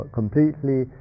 completely